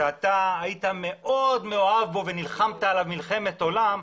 שאתה היית מאוד מאוהב בו ונלחמת עליו מלחמת עולם,